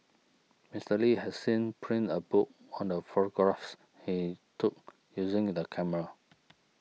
Mister Li has seen printed a book on the photographs he took using the camera